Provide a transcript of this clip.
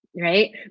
right